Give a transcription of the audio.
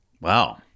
Wow